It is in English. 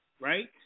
right